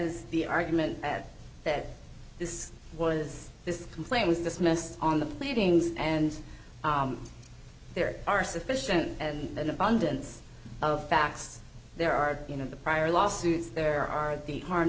is the argument that this was this complaint was dismissed on the pleadings and there are sufficient and an abundance of facts there are you know the prior lawsuits there are the harm